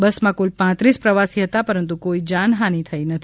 બસ માં કુલ પાંત્રીસ પ્રવાસી હતા પરંતુ કોઈ જાનહાનિ થઈ નથી